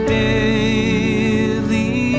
daily